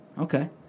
Okay